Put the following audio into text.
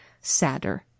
sadder